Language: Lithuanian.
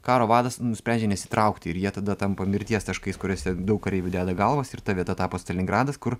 karo vadas nusprendžia nesitraukti ir jie tada tampa mirties taškais kuriuose daug kareivių deda galvas ir ta vieta tapo stalingradas kur